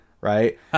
Right